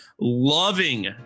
loving